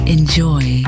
Enjoy